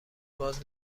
باز